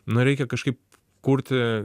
nu reikia kažkaip kurti